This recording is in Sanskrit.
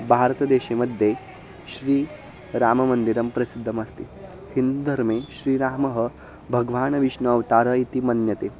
भारतदेशे मध्ये श्रीराममन्दिरं प्रसिद्धमस्ति हिन्दुधर्मे श्रीरामः भगवान्विष्णु अवतारः इति मन्यते